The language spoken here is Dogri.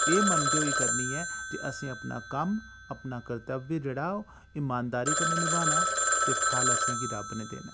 एह् मन्नदे होई करनी ऐ जे असें अपना कम्म अपना कर्तब्ब जेह्ड़ा ऐ ओह् इमानदारी कन्नै नभाना ऐ ते फल असें गी रब ने देना ऐ